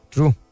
True